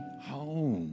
home